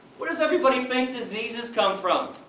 what does everybody think diseases come from?